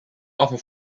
offer